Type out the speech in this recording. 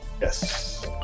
Yes